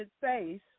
Face